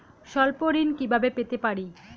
স্বল্প ঋণ কিভাবে পেতে পারি?